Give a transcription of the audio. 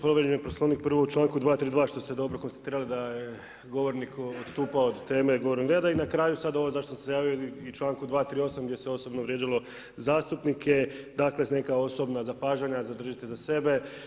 Povrijeđen je Poslovnik prvo u članku 232. što ste dobro konstatirali da je govornik odstupao od teme dnevnog reda i na kraju sad ovo zašto sam se javio i članku 238. gdje se osobno vrijeđalo zastupnike dakle, neka osobna zapažanja zadržite za sebe.